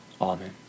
Amen